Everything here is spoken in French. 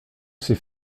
s’est